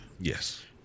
yes